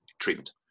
treatment